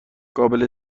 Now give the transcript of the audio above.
قابل